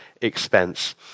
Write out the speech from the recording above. expense